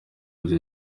bya